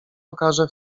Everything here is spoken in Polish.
okaże